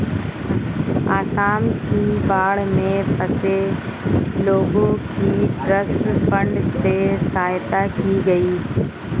आसाम की बाढ़ में फंसे लोगों की ट्रस्ट फंड से सहायता की गई